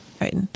right